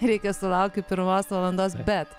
reikia sulaukiu pirmos valandos bet